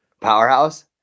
Powerhouse